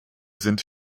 sind